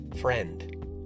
friend